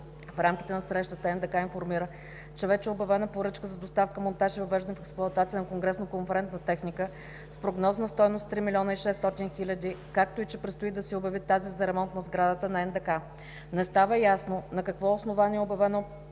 В рамките на срещата НДК информира, че вече е обявена поръчка за „Доставка, монтаж и въвеждане в експлоатация на конгресно-конферентна техника“ с прогнозна стойност 3 млн. 600 хил. лв., както и че предстои да се обяви тази за ремонт на сградата на НДК. Не става ясно на какво основание е обявена